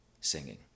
singing